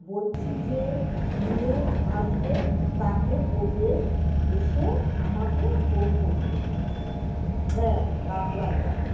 বলছি যে নিয়ে আসবে তাকে বলবেন এসে আমাকে ফোন করতে হ্যাঁ রাখলাম তাহলে